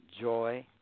joy